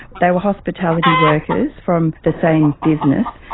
they were hospitality workers from the same business.